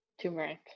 Turmeric